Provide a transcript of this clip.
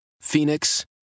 Phoenix